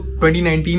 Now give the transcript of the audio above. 2019